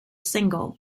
single